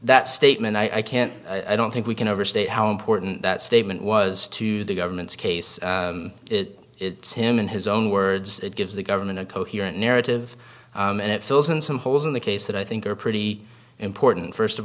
that statement i can't i don't think we can overstate how important that statement was to the government's case it's him in his own words it gives the government a coherent narrative and it fills in some holes in the case that i think are pretty important first of